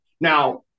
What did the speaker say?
Now